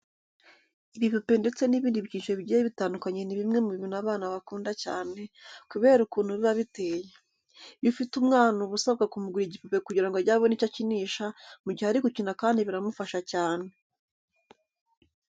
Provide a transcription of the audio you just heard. Ibipupe ndetse n'ibindi bikinisho bigiye bitandukanye ni bimwe mu bintu abana bakunda cyane kubera ukuntu biba biteye. Iyo ufite umwana uba usabwa kumugurira igipupe kugira ngo ajye abona icyo akinisha mu gihe ari gukina kandi biramufasha cyane.